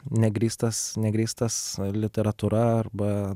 negrįstas negrįstas literatūra arba